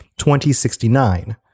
2069